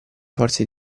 forze